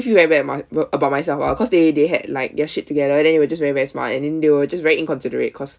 feel very bad a~ about myself lah because they they had like their shit together then they were just very very smart and then they were just very inconsiderate cause